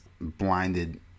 blinded